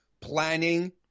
planning